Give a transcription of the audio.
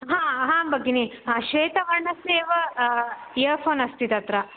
हा हां भगिनि श्वेतवर्णस्य एव इयर्फो़न् अस्ति तत्र